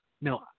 No